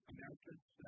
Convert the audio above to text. Americans